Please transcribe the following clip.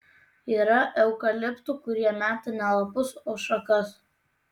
yra eukaliptų kurie meta ne lapus o šakas